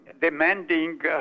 demanding